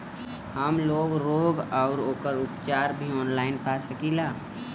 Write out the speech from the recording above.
हमलोग रोग अउर ओकर उपचार भी ऑनलाइन पा सकीला?